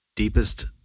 Deepest